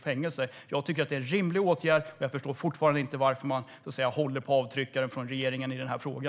Jag tycker att detta är en rimlig åtgärd, och jag förstår fortfarande inte varför regeringen håller på avtryckaren i denna fråga.